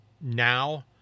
now